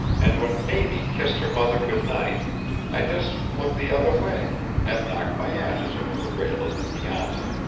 and when mamie kissed her mother good-night i just looked the other way, and knocked my ashes over the rail of the piazza.